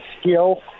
skill